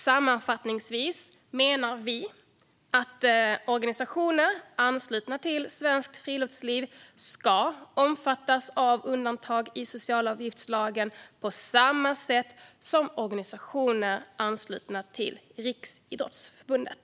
Sammanfattningsvis menar vi att organisationer anslutna till Svenskt Friluftsliv ska omfattas av undantaget i socialavgiftslagen på samma sätt som organisationer anslutna till Riksidrottsförbundet.